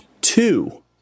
two